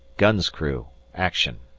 gun's crew action.